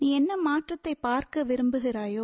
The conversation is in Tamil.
நீ என்ன மாற்றத்தை பார்க்க விரும்புகிறாயா